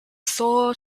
sole